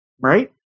Right